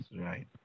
Right